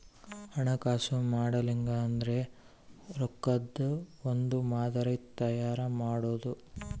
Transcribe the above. ಹಣಕಾಸು ಮಾಡೆಲಿಂಗ್ ಅಂದ್ರೆ ರೊಕ್ಕದ್ ಒಂದ್ ಮಾದರಿ ತಯಾರ ಮಾಡೋದು